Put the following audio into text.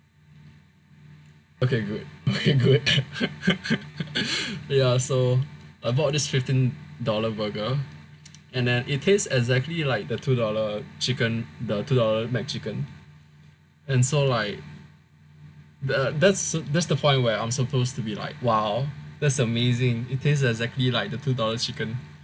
okay good okay good ya so I bought this fifteen dollar burger and then it tastes exactly like the two dollar chicken the two dollar McChicken and so like the that's that's the point where I'm supposed to be like !wow! that's amazing it tastes exactly like the two dollars chicken